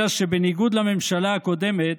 אלא שבניגוד לממשלה הקודמת,